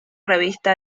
revista